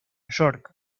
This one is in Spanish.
york